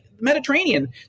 Mediterranean